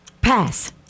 Pass